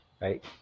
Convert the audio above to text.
right